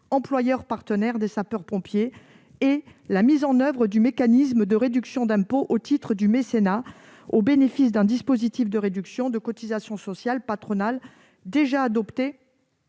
employeur partenaire des sapeurs-pompiers » et d'améliorer le mécanisme de réduction d'impôt au titre du mécénat en lui préférant un dispositif de réduction de cotisations sociales patronales, déjà adopté